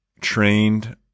trained